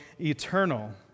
eternal